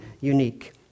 unique